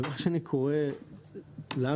מה שאני קורא לנו,